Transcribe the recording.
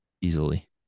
easily